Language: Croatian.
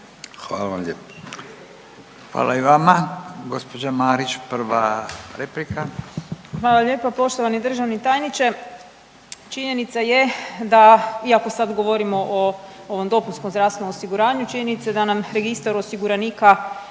Hvala i vama. Gđa. Marić, prva replika. **Marić, Andreja (SDP)** Hvala lijepa poštovani državni tajniče. Činjenica je da iako sad govorimo o ovom dopunskom zdravstvenom osiguranju, činjenica da nam registar osiguranika